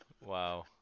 Wow